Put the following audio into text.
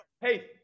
Hey